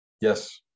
Yes